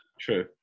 True